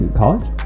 college